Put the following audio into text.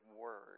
word